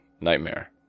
nightmare